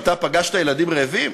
אתה פגשת ילדים רעבים?